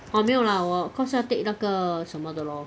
orh 没有 lah 我 cause 要 take 那个什么的 lor